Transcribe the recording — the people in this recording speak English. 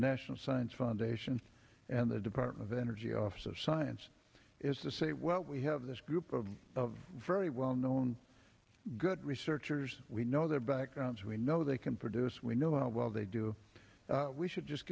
national science foundation and the department of energy office of science is to say well we have this group of very well known good researchers we know their backgrounds we know they can produce we know how well they do we should just